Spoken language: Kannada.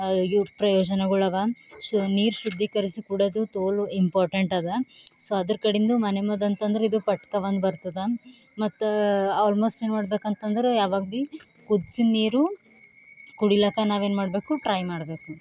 ಇವು ಪ್ರಯೋಜನಗಳವೆ ಸೊ ನೀರು ಶುದ್ದೀಕರಿಸಿ ಕುಡ್ಯೋದು ತೋಲು ಇಂಪಾರ್ಟೆಂಟದೆ ಸೊ ಅದ್ರ ಕಡಿಂದು ಮನೆಮದ್ದು ಅಂತಂದ್ರೆ ಇದು ಪಟ್ಕ ಒಂದು ಬರ್ತದೆ ಮತ್ತು ಆಲ್ಮೋಸ್ಟ್ ಏನ್ಮಾಡ್ಬೇಕಂತಂದ್ರೆ ಯಾವಾಗ ಭಿ ಕುದ್ಸಿದ್ ನೀರು ಕುಡಿಲಕ್ಕ ನಾವೇನು ಮಾಡಬೇಕು ಟ್ರೈ ಮಾಡಬೇಕು